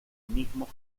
mismos